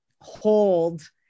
hold